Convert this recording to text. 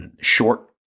short